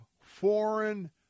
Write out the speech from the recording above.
foreign